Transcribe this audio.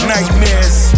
Nightmares